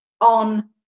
on